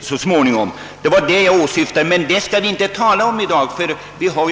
så småningom också på småvilt. Den saken skall vi emellertid inte tala om i dag.